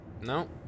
No